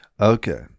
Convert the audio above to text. Okay